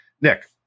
Nick